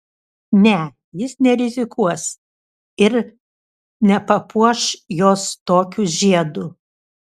ne jis nerizikuos ir nepapuoš jos tokiu žiedu